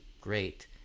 great